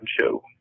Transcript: Show